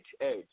Edge